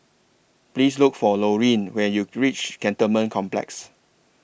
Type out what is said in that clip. Please Look For Lorene when YOU REACH Cantonment Complex